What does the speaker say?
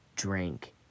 drink